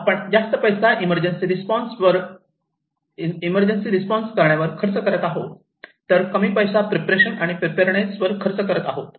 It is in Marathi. आपण जास्त पैसा इमर्जन्सी रिस्पॉन्स करण्यावर खर्च करत आहोत तर कमी पैसा प्रिवेशन आणि प्रीपेडनेस वर खर्च करत आहोत